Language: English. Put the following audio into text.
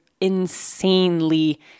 insanely